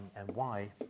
and y